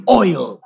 oil